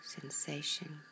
sensation